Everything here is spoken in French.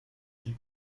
île